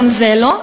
גם זה לא,